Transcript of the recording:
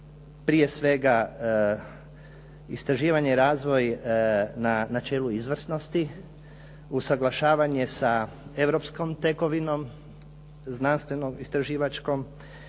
prije svega istraživanje i razvoj na načelu izvrsnosti, usuglašavanje sa europskom tekovinom, znanstveno-istraživačkom